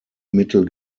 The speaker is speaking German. mittel